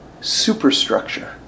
superstructure